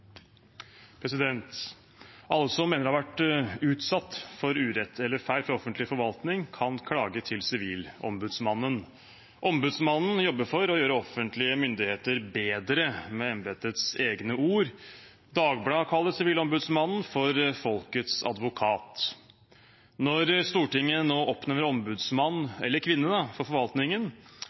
sal. Alle som mener seg utsatt for urett eller feil fra offentlig forvaltning, kan klage til Sivilombudsmannen. «Ombudsmannen jobber for å gjøre offentlige myndigheter bedre», med embetets egne ord. Dagbladet kaller Sivilombudsmannen folkets advokat. Når Stortinget nå skal oppnevne ombudsmann – eller ombudskvinne – for forvaltningen,